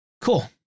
Cool